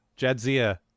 Jadzia